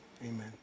Amen